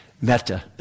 meta